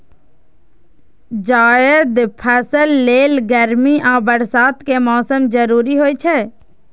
जायद फसल लेल गर्मी आ बरसात के मौसम जरूरी होइ छै